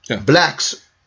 blacks